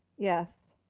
yes.